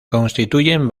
constituyen